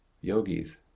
yogis